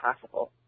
possible